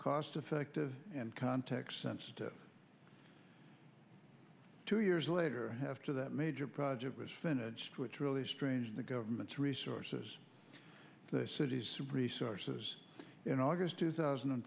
cost effective and context sensitive two years later have to that major project was finished which really strange the government's resources the city's resources in august two thousand and